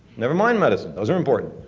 never mind medicine. those are important.